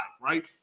right